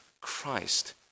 Christ